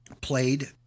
played